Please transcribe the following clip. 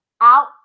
out